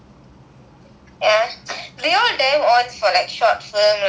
ya they all damn on for like short films like ya